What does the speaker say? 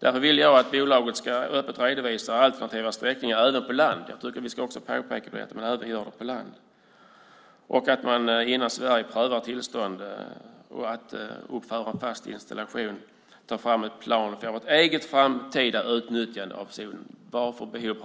Därför vill jag att bolaget ska redovisa alternativa sträckningar även på land och att man i Sverige, innan man prövar tillstånd att uppföra fast installation, tar fram en plan för ett eget framtida utnyttjande av den zon det